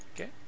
Okay